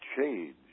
change